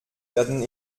werden